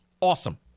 Awesome